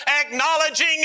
acknowledging